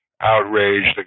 outraged